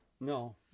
No